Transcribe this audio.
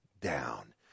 down